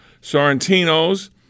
Sorrentino's